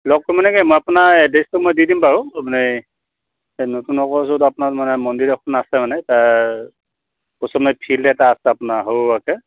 লগটো মানে কি মই আপোনাৰ এড্ৰেছটো মই দি দিম বাৰু মানে নতুন নগৰ য'ত আপোনাৰ মানে মন্দিৰ এখন আছে মানে তাৰ কচুমাৰী ফিল্ড এটা আছে আপোনাৰ সৰু সুৰাকৈ